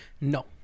No